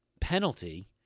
penalty